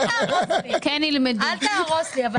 לא, אל תהרוס לי --- כן ילמדו.